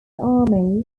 army